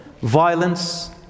violence